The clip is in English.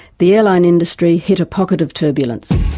the airline industry hit a pocket of turbulence.